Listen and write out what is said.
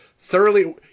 thoroughly